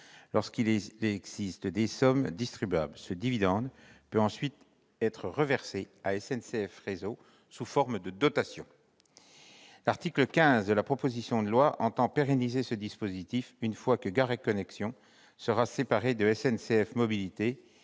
lorsqu'il existe des sommes distribuables. Ce dividende peut ensuite être reversé à SNCF Réseau sous forme de dotations. L'article 15 de la proposition de loi entend pérenniser ce dispositif après que Gares & Connexions aura été séparée de SNCF Mobilités